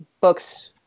books